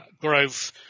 growth